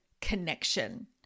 connection